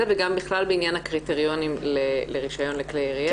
וגם בכלל בעניין הקריטריונים לרשיון לכלי יריה.